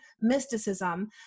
mysticism